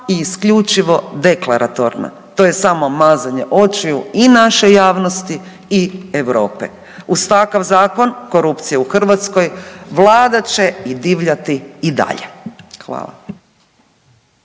i isključivo deklaratorno. To je samo mazanje očiju i naše javnosti i Europe. Uz takav Zakon korupcija u Hrvatskoj vladat će i divljati i dalje. Hvala.